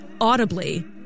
audibly